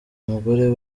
umugore